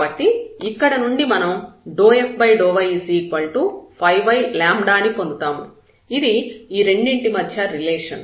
కాబట్టి ఇక్కడ నుండి మనం ∂f∂y y λ అని పొందుతాము ఇది ఈ రెండింటి మధ్య రిలేషన్